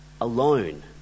alone